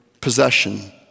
possession